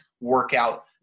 workout